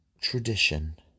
tradition